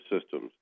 systems